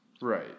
Right